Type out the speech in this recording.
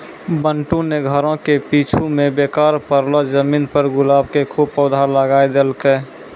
बंटू नॅ घरो के पीछूं मॅ बेकार पड़लो जमीन पर गुलाब के खूब पौधा लगाय देलकै